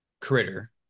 critter